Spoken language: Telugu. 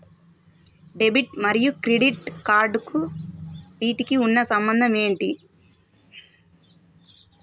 డెబిట్ మరియు క్రెడిట్ కార్డ్స్ వీటికి ఉన్న సంబంధం ఏంటి?